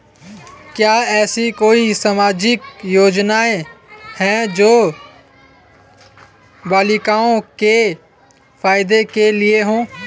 क्या ऐसी कोई सामाजिक योजनाएँ हैं जो बालिकाओं के फ़ायदे के लिए हों?